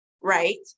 Right